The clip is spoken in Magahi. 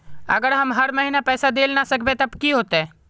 अगर हम हर महीना पैसा देल ला न सकवे तब की होते?